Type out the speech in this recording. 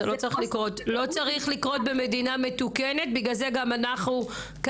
זה לא צריך לקרות במדינה מתוקנת ובשביל זה אנחנו כאן.